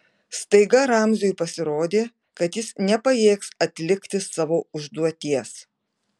staiga ramziui pasirodė kad jis nepajėgs atlikti savo užduoties